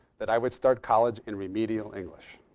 that i would start college in remedial english.